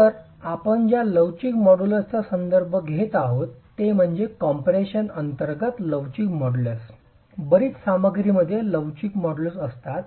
तर आपण ज्या लवचिक मॉड्यूलसचा संदर्भ घेत आहोत ते म्हणजे कम्प्रेशन अंतर्गत लवचिक मॉड्यूलस बरीच सामग्रीमध्ये लवचिक मोड्यूली असतात